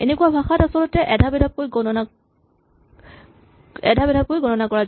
এনেকুৱা ভাষাত আচলতে এধাপ এধাপকৈ গণনা কৰা